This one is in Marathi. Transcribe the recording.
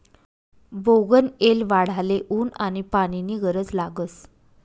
बोगनयेल वाढाले ऊन आनी पानी नी गरज लागस